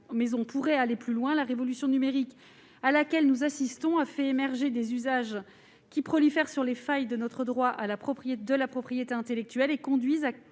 mais nous pourrions aller plus loin : la révolution numérique à laquelle nous assistons a fait émerger des pratiques qui s'appuient sur les failles de notre droit de la propriété intellectuelle pour se